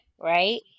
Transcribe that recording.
right